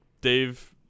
Dave